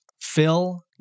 Phil